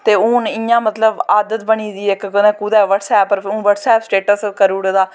ते हून इयां मतलव आदत इक कदैं कुदै हून बटसैप स्टेटस करी ओड़ेदा